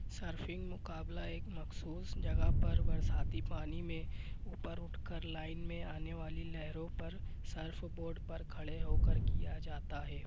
surfing مقابلہ ایک مخصوص جگہ پر برساتی پانی میں اوپر اٹھ کر لائن میں آنے والی لہروں پر سرف بورڈ پر کھڑے ہو کر کیا جاتا ہے